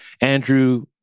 Andrew